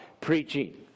preaching